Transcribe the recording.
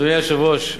אדוני היושב-ראש,